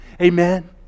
Amen